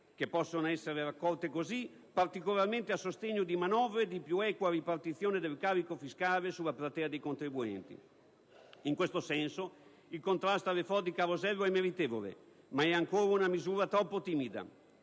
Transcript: che possono essere così raccolte particolarmente a sostegno di manovre di più equa ripartizione del carico fiscale sulla platea dei contribuenti. In questo senso, il contrasto alle frodi «carosello» è meritevole, ma è ancora una misura troppo timida;